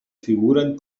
figuren